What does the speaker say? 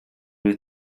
nhw